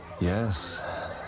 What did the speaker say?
Yes